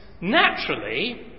naturally